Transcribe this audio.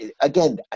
again